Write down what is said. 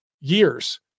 years